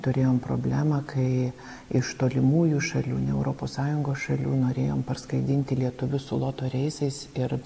turėjom problemą kai iš tolimųjų šalių ne europos sąjungos šalių norėjom parskraidinti lietuvius su loto reisais ir